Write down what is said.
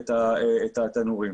את התנורים.